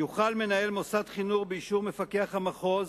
יוכל מנהל מוסד חינוך, באישור מפקח המחוז,